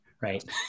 Right